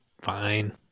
fine